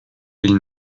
ils